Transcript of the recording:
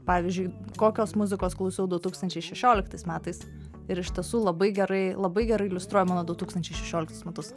pavyzdžiui kokios muzikos klausau du tūkstančiai šešioliktais metais ir iš tiesų labai gerai labai gerai iliustruoja mano du tūkstančiai šešioliktus metus